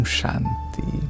Shanti